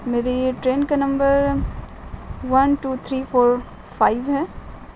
میری ٹرین کا number one two three four five ہے